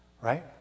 Right